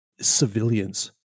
civilians